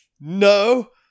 No